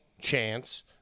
chance